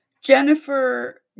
Jennifer